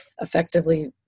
effectively